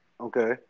Okay